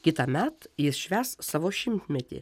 kitąmet jis švęs savo šimtmetį